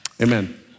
Amen